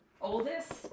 oldest